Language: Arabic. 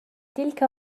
تلك